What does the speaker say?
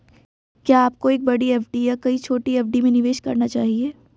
क्या आपको एक बड़ी एफ.डी या कई छोटी एफ.डी में निवेश करना चाहिए?